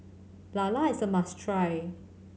lala is a must try